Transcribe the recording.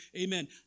Amen